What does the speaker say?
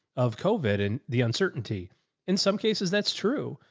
of covid and the uncertainty in some cases, that's true.